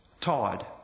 Todd